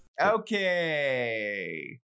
Okay